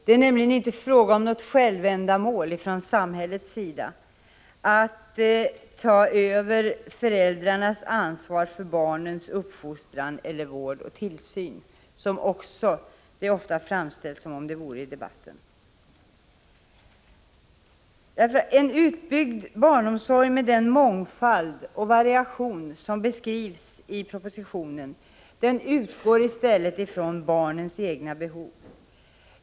Det är nämligen inte fråga om något självändamål från samhällets sida att ta över föräldrarnas ansvar för barnens uppfostran, vård eller tillsyn. En utbyggd barnomsorg med den mångfald och variation som beskrivs i propositionen utgår i stället från barnens behov.